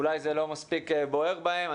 אולי זה לא מספיק בוער בהם.